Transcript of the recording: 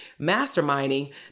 masterminding